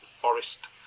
Forest